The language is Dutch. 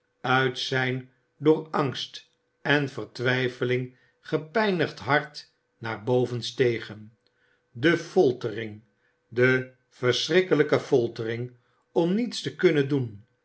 uit zijn door angst en vertwijfeling gepeinigd hart naar boven stegen de foltering de verschrikkelijke fo tering om niets te kunnen doen